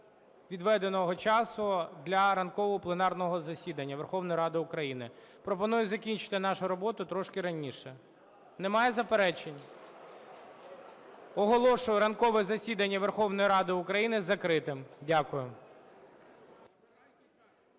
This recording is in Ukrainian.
відведеного часу для ранкового пленарного засідання Верховної Ради України, пропоную закінчити нашу роботу трішки раніше. Немає заперечень? Оголошую ранкове засідання Верховної Ради України закритим. Дякую.